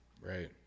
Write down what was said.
Right